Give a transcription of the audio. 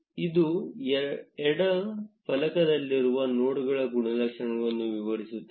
ಇದು ಎಡ ಫಲಕದಲ್ಲಿರುವ ನೋಡ್ಗಳ ಗುಣಲಕ್ಷಣಗಳನ್ನು ವಿವರಿಸುತ್ತದೆ